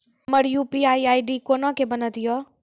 हमर UPI ID कोना के बनत यो?